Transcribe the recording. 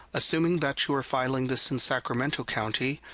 assuming that you are filing this in sacramento county,